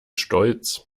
stolz